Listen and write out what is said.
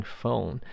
phone